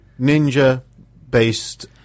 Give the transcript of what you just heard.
ninja-based